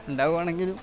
ഉണ്ടാകുവാണെങ്കിലും